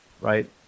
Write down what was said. Right